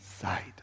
side